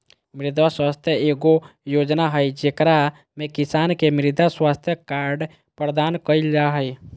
मृदा स्वास्थ्य एगो योजना हइ, जेकरा में किसान के मृदा स्वास्थ्य कार्ड प्रदान कइल जा हइ